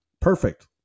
Perfect